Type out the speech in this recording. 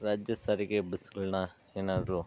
ರಾಜ್ಯ ಸಾರಿಗೆ ಬಸ್ಗಳನ್ನ ಏನಾದರೂ